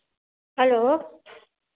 hello